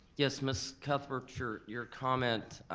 yes, miss cuthbert, your your comment